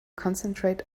concentrate